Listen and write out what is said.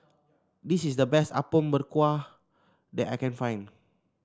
this is the best Apom Berkuah that I can find